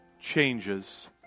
changes